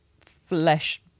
flesh